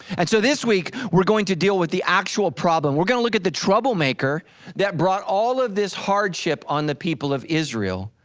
and so this week we're going to deal with the actual problem, we're gonna look at the troublemaker that brought all of this hardship on the people of israel.